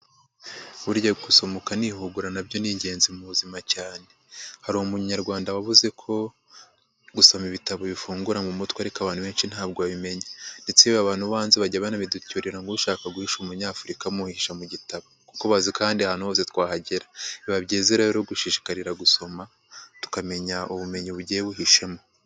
Burya gusoma ukanihugura na byo ni ingenzi mu buzima cyane. Hari umunyarwanda wavuze ko gusoma ibitabo bifungura mu mutwe, ariko abantu benshi nta bwo babimenya. Ndetse abantu bo hanze bajya banabiducyurira ngo ushaka guhisha Umunyafurika amuhisha mu gitabo. Kuko bazi ko ahandi ahantu hose twahagera. Biba byiza rero gushishikarira gusoma tukamenya ubumenyi bugiye buhishemo.